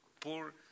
poor